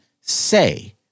say